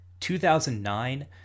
2009